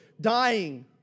dying